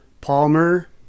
Palmer